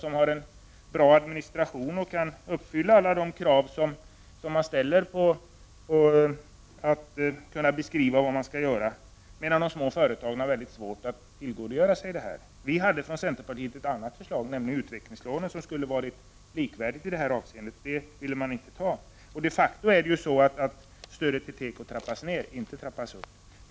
De har en bra administration och kan uppfylla alla de krav som ställs på beskrivningar av vad som skall göras, medan de små företagen har svårt att tillgodogöra sig insatserna. Vi hade ett annat förslag från centerpartiet om utvecklingslån, som skulle ha varit likvärdigt i detta avseende. Det ville man inte anta. Det är de facto så att stödet till teko nu trappas ned i stället för att trappas upp.